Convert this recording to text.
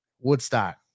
Woodstock